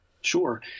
Sure